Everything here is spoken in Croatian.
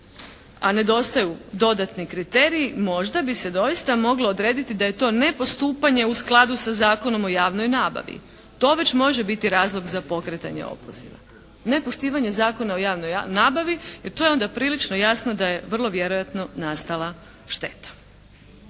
a nedostaju dodatni kriteriji možda bi se doista moglo odrediti da je to nepostupanje u skladu sa Zakonom o javnoj nabavi. To već može biti razlog za pokretanje opoziva, nepoštivanje Zakona o javnoj nabavi jer to je onda prilično jasno da je vrlo vjerojatno nastala šteta.